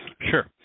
Sure